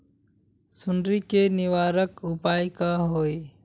सुंडी के निवारक उपाय का होए?